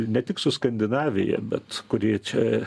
ne tik su skandinavija bet kurie čia